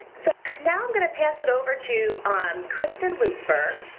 so now i'm going to pass it over to um kristin lupfer,